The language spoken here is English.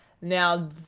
Now